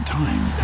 time